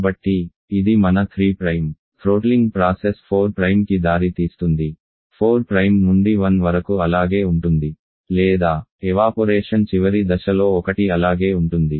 కాబట్టి ఇది మన 3 థ్రోట్లింగ్ ప్రాసెస్ 4కి దారి తీస్తుంది 4 నుండి 1 వరకు అలాగే ఉంటుంది లేదా ఎవాపొరేషన్ చివరి దశలో ఒకటి అలాగే ఉంటుంది